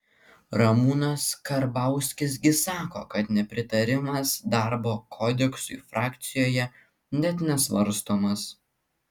ramūnas karbauskis gi sako kad nepritarimas darbo kodeksui frakcijoje net nesvarstomas